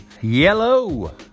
Yellow